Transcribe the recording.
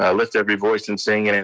ah lift every voice and sing. and and